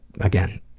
again